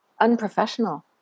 unprofessional